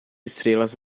estrelas